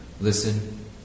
Listen